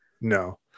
no